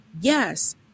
Yes